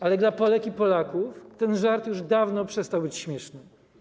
Ale dla Polek i Polaków ten żart już dawno przestał być śmieszny.